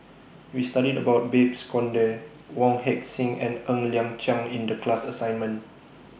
We studied about Babes Conde Wong Heck Sing and Ng Liang Chiang in The class assignment